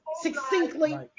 succinctly